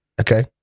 Okay